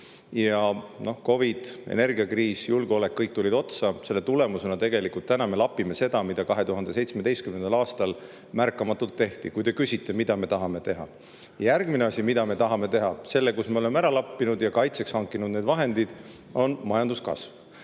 ja COVID, energiakriis, julgeolek, kõik tulid otsa. Selle tulemusena me täna lapime seda, mida 2017. aastal märkamatult tehti – kui te küsite, mida me tahame teha. Järgmine asi, mida me tahame teha, kui me oleme selle ära lappinud ja hankinud kaitseks vahendid, on majanduskasv.